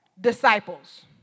disciples